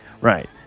Right